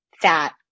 fat